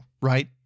right